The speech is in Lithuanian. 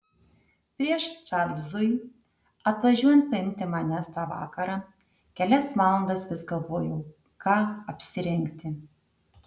prieš čarlzui atvažiuojant paimti manęs tą vakarą kelias valandas vis galvojau ką apsirengti